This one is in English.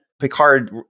Picard